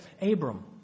Abram